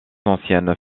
anciennes